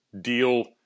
deal